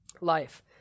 life